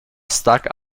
stuck